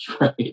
right